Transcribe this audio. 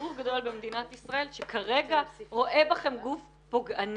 לציבור גדול במדינת ישראל שכרגע רואה בכם גוף פוגעני.